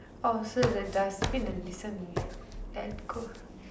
orh so the dustbin and listen me and cool